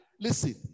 listen